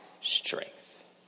strength